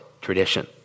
tradition